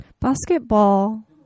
Basketball